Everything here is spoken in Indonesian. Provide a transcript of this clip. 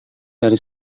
dari